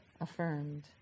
affirmed